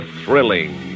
thrilling